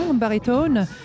baritone